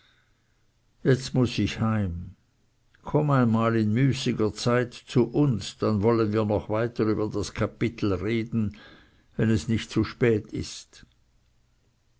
jetzt muß ich heim komm einmal in müßiger zeit zu uns dann wollen wir noch weiter über das kapitel reden wenn es nicht zu spät ist